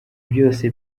byose